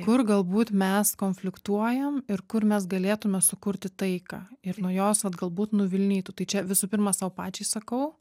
kur galbūt mes konfliktuojam ir kur mes galėtume sukurti taiką ir nuo jos vat galbūt nuvilnytų tai čia visų pirma sau pačiai sakau